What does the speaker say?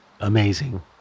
amazing